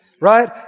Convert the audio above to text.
Right